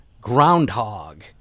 Groundhog